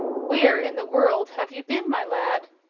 where in the world have you been, my lad?